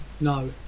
No